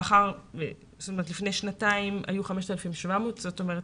לפני שנתיים היו 5,700. זאת אומרת,